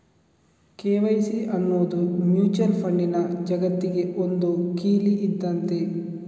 KYC ಅನ್ನುದು mutual ಫಂಡಿನ ಜಗತ್ತಿಗೆ ಒಂದು ಕೀಲಿ ಇದ್ದಂತೆ